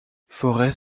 forest